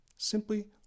simply